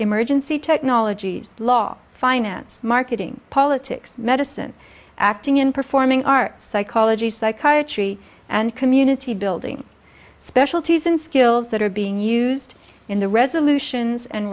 emergency technologies law finance marketing politics medicine acting in performing arts psychology psychiatry and community building specialties in skills that are being used in the resolutions and